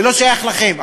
זה לא שייך לכם.